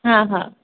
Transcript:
हा हा